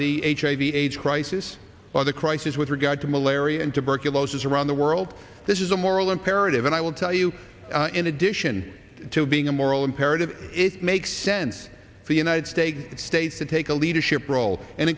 the hiv aids crisis or the crisis with regard to malaria and tuberculosis around the world this is a moral imperative and i will tell you in addition to being a moral imperative it makes sense for the united states states to take a leadership role and